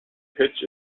pitch